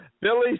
Billy